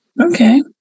Okay